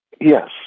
Yes